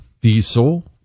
diesel